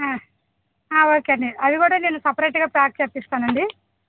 ఆ ఆ ఓకే అండి అవి కూడా నేను సెపెరేట్గా ప్యాక్ చేయిస్తాను అండి